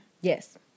Yes